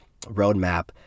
roadmap